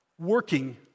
working